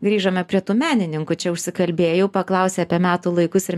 grįžome prie tų menininkų čia užsikalbėjau paklausė apie metų laikus ir